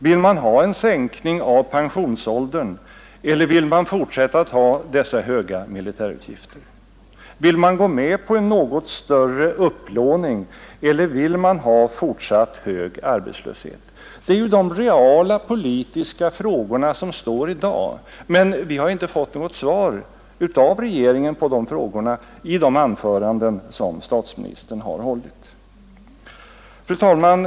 Vill man ha en sänkning av pensionsåldern, eller vill man fortsätta att ha dessa höga militärutgifter? Vill man gå med på en något större upplåning, eller vill man ha fortsatt hög arbetslöshet? Det är de reala politiska frågor vi ställt, men vi har inte i dag fått något svar från regeringen i de anföranden som statsministern har hållit. Fru talman!